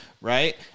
Right